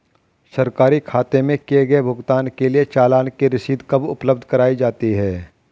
सरकारी खाते में किए गए भुगतान के लिए चालान की रसीद कब उपलब्ध कराईं जाती हैं?